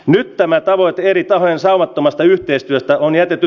nyt tämä tavoite eri tahojen saumattomasta yhteistyöstä on jätetty